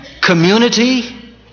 community